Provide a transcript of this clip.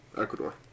Ecuador